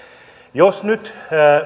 jos nyt